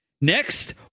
Next